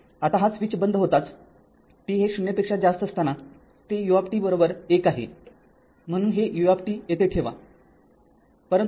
आता हा स्विच बंद होताच t हे ० पेक्षा जास्त असताना ते u१ आहे म्हणून हे u येथे ठेवा हे लिहिले आहे